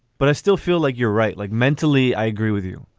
but i still feel like you're right. like mentally, i agree with you,